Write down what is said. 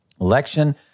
Election